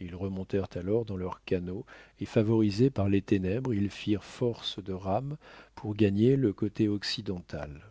ils remontèrent alors dans leur canot et favorisés par les ténèbres ils firent force de rames pour gagner la côte occidentale